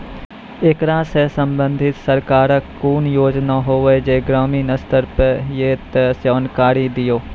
ऐकरा सऽ संबंधित सरकारक कूनू योजना होवे जे ग्रामीण स्तर पर ये तऽ जानकारी दियो?